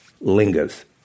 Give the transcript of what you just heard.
lingers